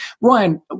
Ryan